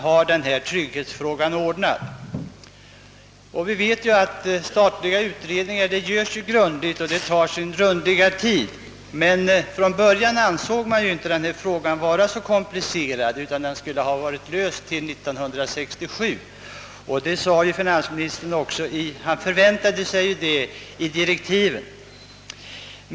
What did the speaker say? Vi känner till att statliga utredningar görs grundligt och tar sin rundliga tid. Från början ansåg man emellertid inte denna fråga vara så komplicerad, utan den skulle ha kunnat lösas till år 1967, såsom finansministern förväntade sig i direktiven.